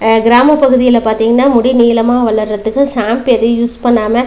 கிராம பகுதிகளில் பார்த்திங்கன்னா முடி நீளமாக வளர்கிறதுக்கு சாம்பு எதையும் யூஸ் பண்ணாமல்